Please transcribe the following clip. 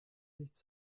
nichts